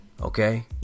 Okay